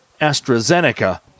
AstraZeneca